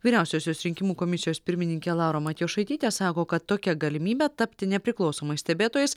vyriausiosios rinkimų komisijos pirmininkė laura matjošaitytė sako kad tokia galimybė tapti nepriklausomais stebėtojais